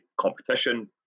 competition